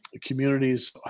communities